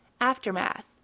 Aftermath